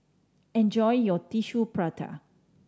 enjoy your Tissue Prata